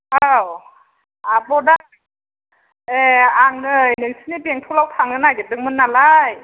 औ आब' दा ए आं नै नोंसिनि बेंटलआव थांनो नागिरदोंमोन नालाय